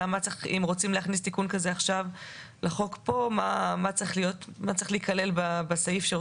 אם רוצים להכניס תיקון כזה עכשיו לחוק השאלה מה צריך להיכלל בסעיף.